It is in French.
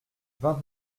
vingt